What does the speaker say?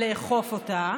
ולאכוף אותה,